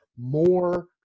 more